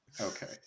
okay